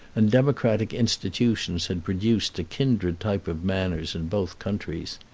and democratic institutions had produced a kindred type of manners in both countries.